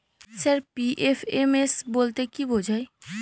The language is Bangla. স্যার পি.এফ.এম.এস বলতে কি বোঝায়?